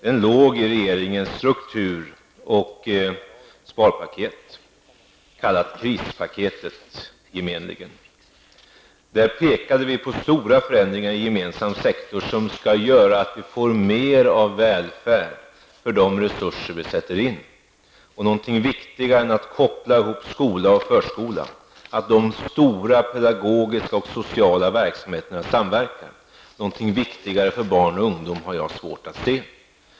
Den låg i regeringens struktur och sparpaket, gemenligen kallat krispaketet. Där pekade vi på stora förändringar i gemensam sektor, som skulle göra att vi får mer av välfärd för de resurser som vi sätter in. Någonting viktigare för barn och ungdom än att koppla ihop skola och förskola, att de stora pedagogiska och sociala verksamheterna samverkar, har jag svårt att se.